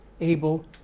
able